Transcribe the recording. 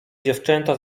dziewczęta